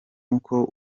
uko